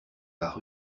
par